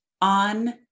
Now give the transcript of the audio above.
on